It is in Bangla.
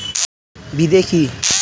বিদে কি?